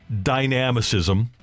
dynamicism